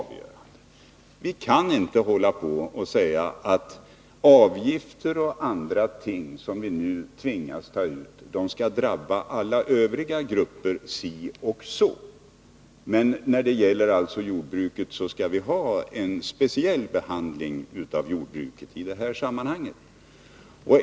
Vi kan inte hålla på att säga att avgifter m.m. som vi nu tvingas ta ut skall drabba alla övriga grupper si och så, men när det gäller jordbruket skall vi ha en speciell behandling.